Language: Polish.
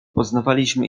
poznawaliśmy